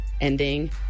ending